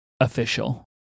official